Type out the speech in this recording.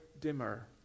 dimmer